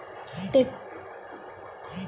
tractor से दवरी के भी काम होत बाटे